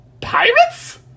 pirates